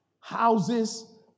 houses